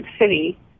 City